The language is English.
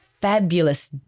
fabulous